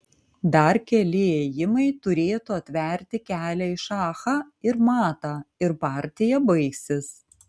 dar keli ėjimai turėtų atverti kelią į šachą ir matą ir partija baigsis